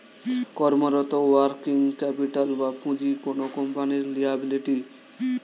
কর্মরত working capital বা পুঁজি কোনো কোম্পানির লিয়াবিলিটি